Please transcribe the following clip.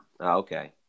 Okay